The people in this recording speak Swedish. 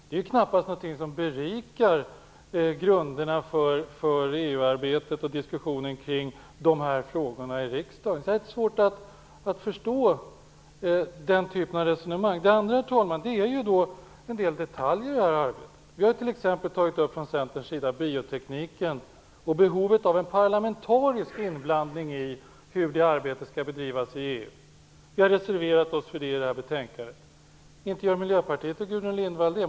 Det är knappast något som berikar grunderna för EU-arbetet och diskussionen kring dessa frågor i riksdagen. Jag har litet svårt att förstå den typen av resonemang. Herr talman! Det andra är en del detaljer i det här arbetet. Vi i Centern har t.ex. tagit upp biotekniken och behovet av en parlamentarisk inblandning i hur det arbetet skall bedrivas i EU. Vi har reserverat oss för det i det här betänkandet. Det gör inte Miljöpartiet och Gudrun Lindvall.